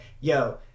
yo